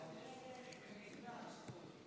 נתקבלו.